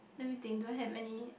let me think do I have any